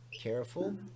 careful